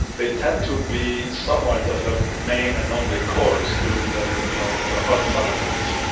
they tend to be somewhat of a main and only course during the you know ah hot summer lunch.